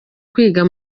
kwiga